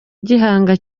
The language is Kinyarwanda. gihanga